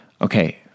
Okay